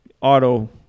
auto